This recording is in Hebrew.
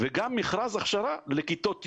גם מכרז הכשרה לכיתות י'